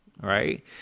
right